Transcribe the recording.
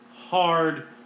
hard